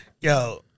Yo